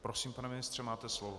Prosím, pane ministře, máte slovo.